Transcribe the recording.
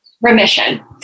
remission